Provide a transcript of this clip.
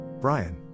brian